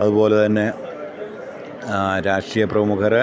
അതുപോലെ തന്നെ രാഷ്ട്രീയ പ്രമുഖര്